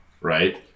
right